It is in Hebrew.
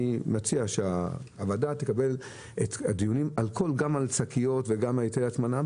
אני מציע שהוועדה תקבל את הדיונים גם על שקיות וגם על היטל הטמנה.